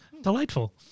Delightful